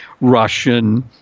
Russian